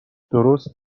درست